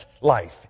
life